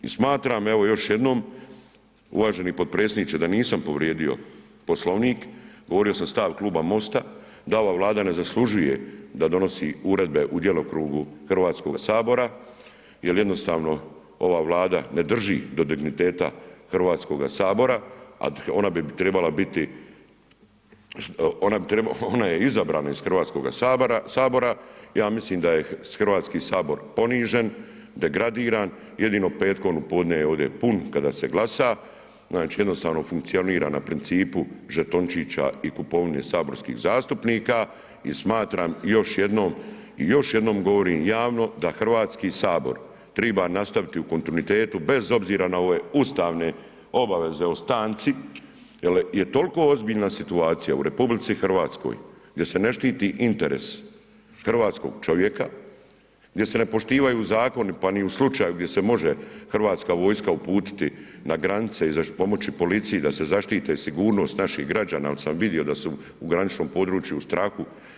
I smatram, evo još jednom uvaženi potpredsjedniče da nisam povrijedio Poslovnik, govorio sam stav Kluba MOST-a, da ova Vlada ne zaslužuje da donosi uredbe u djelokrugu Hrvatskoga sabora, jer jednostavno ova Vlada ne drži do digniteta Hrvatskoga sabora, a ona bi trebala biti, ona je izabrana iz Hrvatskoga sabora, ja mislim da je Hrvatski sabor ponižen, degradiran jedino petkom u podne je ovdje pun kada se glasa, znači jednostavno funkcionira na principu žetončića i kupovine saborskih zastupnika i smatram joj jednom i još jednom govorim javno da Hrvatski sabor triba nastaviti u kontinuitetu bez obzira na ove ustavne obaveze o stanci, jel je toliko ozbiljna situacija u RH gdje se ne štiti interes hrvatskog čovjeka, gdje se ne poštivaju zakoni pa ni u slučaju gdje se može hrvatska vojska uputiti na granice i pomoći policiji da se zaštite i sigurnost naših građana jer sam vidio da su u graničnom području u strahu.